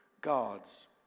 God's